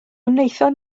wnaethon